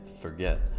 forget